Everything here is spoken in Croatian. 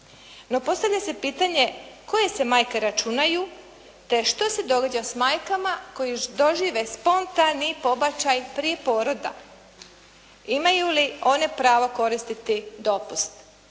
No postavlja se pitanje, koje se majke računaju, te što se događa s majkama koje dožive spontani pobačaj prije poroda? Imaju li one pravo koristiti dopust,